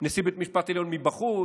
נשיא בית המשפט עליון מבחוץ,